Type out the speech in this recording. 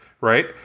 right